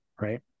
right